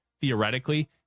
theoretically